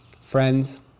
Friends